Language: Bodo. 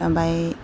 ओमफ्राय